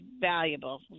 valuable